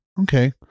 Okay